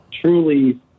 truly